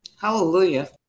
Hallelujah